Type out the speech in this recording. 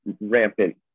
rampant